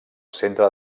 centre